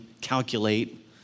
calculate